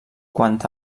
quant